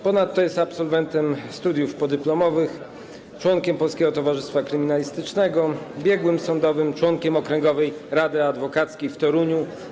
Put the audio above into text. Ponadto jest absolwentem studiów podyplomowych, członkiem Polskiego Towarzystwa Kryminalistycznego, biegłym sądowym, członkiem Okręgowej Rady Adwokackiej w Toruniu.